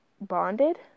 bonded